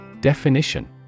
Definition